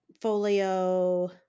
folio